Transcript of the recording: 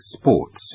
sports